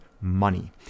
money